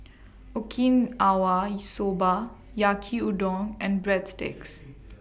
Okinawa Soba Yaki Udon and Breadsticks